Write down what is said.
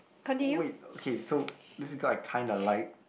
wait okay so this girl I kinda like